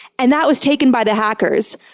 and that was taken by the hackers.